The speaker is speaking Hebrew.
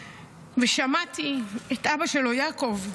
שמעתי את אבא שלו, יעקב,